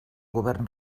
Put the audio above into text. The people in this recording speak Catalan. govern